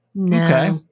Okay